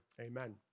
amen